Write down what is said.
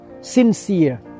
sincere